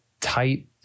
tight